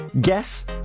Guess